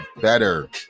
better